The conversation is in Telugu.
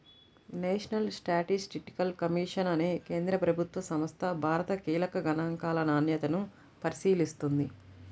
నేషనల్ స్టాటిస్టికల్ కమిషన్ అనే కేంద్ర ప్రభుత్వ సంస్థ భారత కీలక గణాంకాల నాణ్యతను పరిశీలిస్తుంది